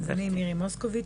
אני מירי מוסקוביץ,